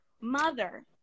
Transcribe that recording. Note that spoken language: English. mother